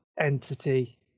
entity